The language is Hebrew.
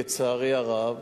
לצערי הרב,